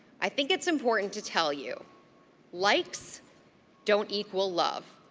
i think it's important to tell you likes don't equal love,